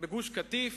בגוש-קטיף.